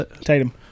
Tatum